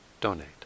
donate